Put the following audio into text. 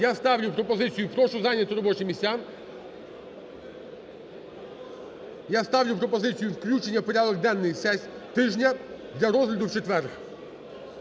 Я ставлю пропозицію і прошу зайняти робочі місця, я ставлю пропозицію включення в порядок денний тижня для розгляду в четвер.